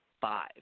five